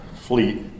fleet